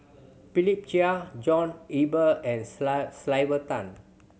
Philip Chia John Eber and Sylvia Tan